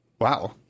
Wow